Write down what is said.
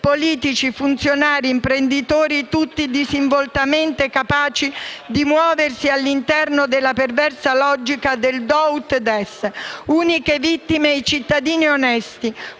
politici, funzionari, imprenditori, tutti disinvoltamente capaci di muoversi all'interno della perversa logica del *do ut des*. Uniche vittime i cittadini onesti,